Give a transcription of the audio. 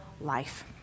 life